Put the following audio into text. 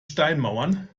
steinmauern